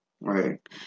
right